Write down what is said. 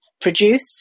produce